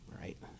right